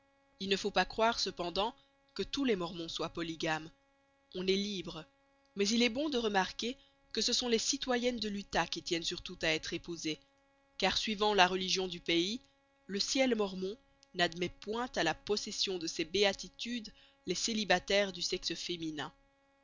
il ne faut pas croire cependant que tous les mormons soient polygames on est libre mais il est bon de remarquer que ce sont les citoyennes de l'utah qui tiennent surtout à être épousées car suivant la religion du pays le ciel mormon n'admet point à la possession de ses béatitudes les célibataires du sexe féminin